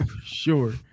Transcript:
Sure